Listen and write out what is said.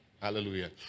hallelujah